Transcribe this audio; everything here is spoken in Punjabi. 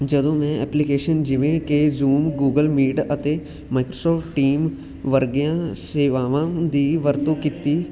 ਜਦੋਂ ਮੈਂ ਐਪਲੀਕੇਸ਼ਨ ਜਿਵੇਂ ਕਿ ਜ਼ੂਮ ਗੂਗਲ ਮੀਟ ਅਤੇ ਮਾਈਕਰੋ ਸੋਫ ਟੀਮ ਵਰਗੀਆਂ ਸੇਵਾਵਾਂ ਦੀ ਵਰਤੋਂ ਕੀਤੀ